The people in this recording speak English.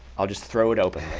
i'll just throw it open.